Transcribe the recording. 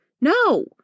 no